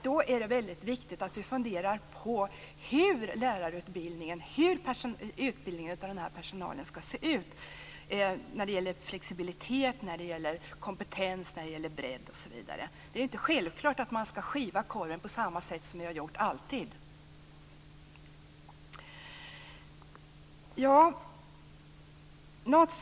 Då är det väldigt viktigt att vi funderar på hur lärarutbildningen, utbildningen av den här personalen, skall se ut. Det gäller flexibilitet, kompetens, bredd osv. Det är inte självklart att vi skall skiva korven på samma sätt som vi alltid har gjort.